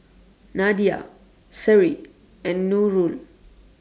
Nadia Seri and Nurul